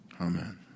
Amen